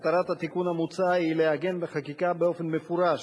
מטרת התיקון המוצע היא לעגן בחקיקה באופן מפורש,